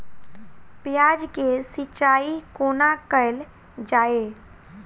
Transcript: प्याज केँ सिचाई कोना कैल जाए?